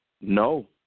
No